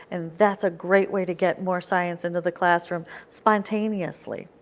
and that's a great way to get more science into the classroom spontaneously.